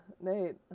Nate